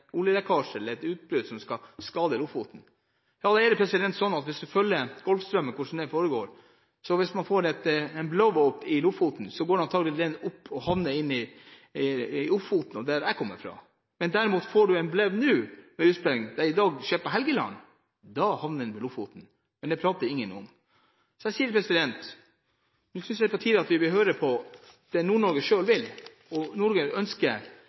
oljelekkasje eller et utbrudd som skal skade Lofoten. Hvis man følger med på hvordan Golfstrømmen går, er det sånn at hvis man får en «blowout» i Lofoten, går den antagelig opp og havner inni Ofoten og der hvor jeg kommer fra. Men får du derimot en «blowout» nå på Helgeland, da havner den i Lofoten. Men det snakker ingen om. Så jeg vil si at nå synes jeg det er på tide at vi hører på det Nord-Norge selv vil. Nord-Norge ønsker at det skjer noe, at de får være med på framtiden og